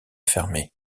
fermée